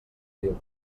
viu